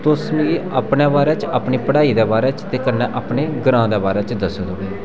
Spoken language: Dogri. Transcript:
तुस मिगी अपने बारे च ते अपनी पढ़ाई दे बारे च ते कन्नै अपने ग्रांऽ दे बारे च दस्सो